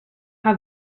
have